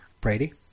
Brady